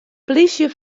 plysje